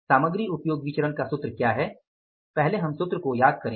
सामग्री उपयोग विचरण का सूत्र क्या है पहले सूत्र को याद करें